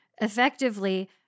effectively